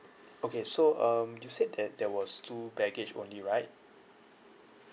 okay so um you said that there was two baggage only right